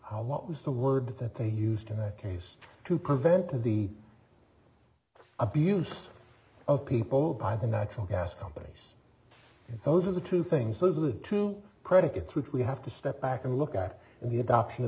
what was the word that they used in that case to prevent the abuse of people by the natural gas companies those are the two things those are the two predicates which we have to step back and look at in the adoption of